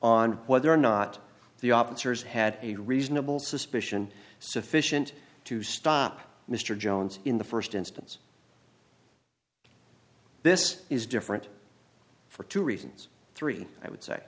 on whether or not the operatives had a reasonable suspicion sufficient to stop mr jones in the first instance this is different for two reasons three i would say